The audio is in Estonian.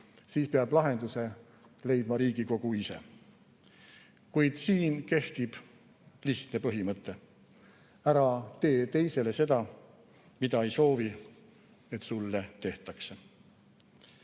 siis peab lahenduse leidma Riigikogu ise. Kuid siin kehtib lihtne põhimõte: ära tee teisele seda, mida ei soovi, et sulle tehakse.